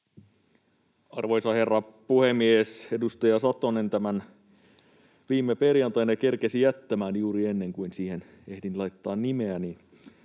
Arvoisa herra puhemies! Edustaja Satonen tämän viime perjantaina kerkesi jättämään juuri ennen kuin siihen ehdin laittaa nimeäni,